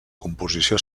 composició